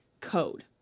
code